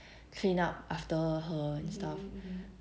clean up after her stuff